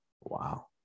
Wow